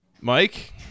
Mike